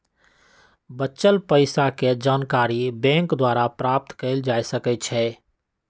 बच्चल पइसाके जानकारी बैंक द्वारा प्राप्त कएल जा सकइ छै